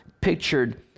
pictured